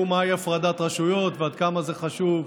מהי הפרדת רשויות ועד כמה זה חשוב.